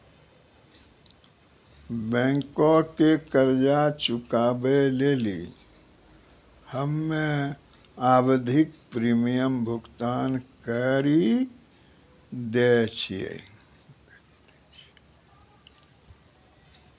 बैंको के कर्जा चुकाबै लेली हम्मे आवधिक प्रीमियम भुगतान करि दै छिये